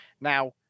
Now